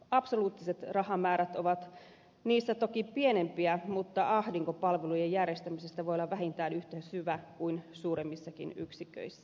absoluuttiset rahamäärät ovat niissä toki pienempiä mutta ahdinko palvelujen järjestämisestä voi olla vähintään yhtä syvä kuin suuremmissakin yksiköissä